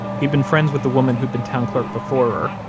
he'd been friends with the woman who'd been town clerk before her,